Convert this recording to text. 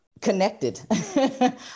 connected